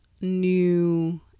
new